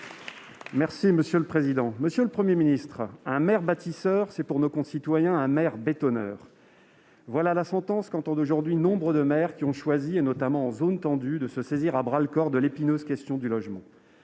et indépendants. Monsieur le Premier ministre, un maire bâtisseur, c'est, pour nos concitoyens, un maire bétonneur. Voilà la sentence qu'entendent aujourd'hui nombre de maires qui ont choisi, notamment en zone tendue, de se saisir à bras-le-corps de l'épineuse question du logement.